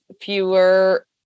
fewer